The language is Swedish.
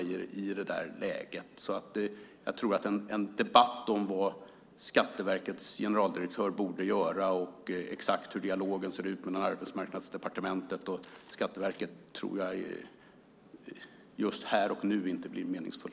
Jag tror att en debatt här och nu om vad Skatteverkets generaldirektör borde göra och hur dialogen ser ut mellan Arbetsmarknadsdepartementet och Skatteverket inte blir meningsfull.